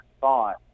thought